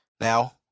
Now